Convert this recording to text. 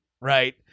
right